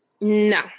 No